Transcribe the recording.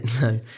No